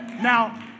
Now